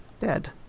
dead